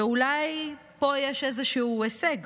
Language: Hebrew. ואולי פה יש איזשהו הישג,